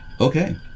Okay